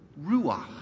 Ruach